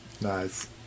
Nice